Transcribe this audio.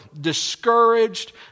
discouraged